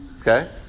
Okay